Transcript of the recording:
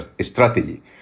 strategy